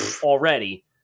already